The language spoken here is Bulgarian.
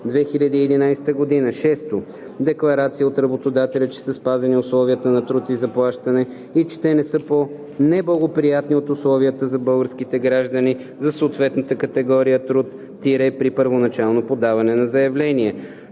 2011 г.; 6. декларация от работодателя, че са спазени условията на труд и заплащане и че те не са по-неблагоприятни от условията за българските граждани за съответната категория труд – при първоначално подаване на заявление;